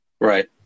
Right